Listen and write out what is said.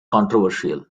controversial